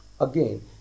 again